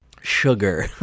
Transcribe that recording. sugar